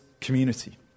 community